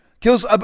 Kills